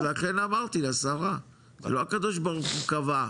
בסדר, אז לכן אמרתי לשרה, לא הקדוש ברוך הוא קבע,